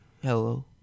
Hello